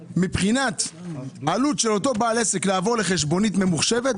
מבחינת העלות של אותו בעל עסק לעבור לחשבונית ממוחשת,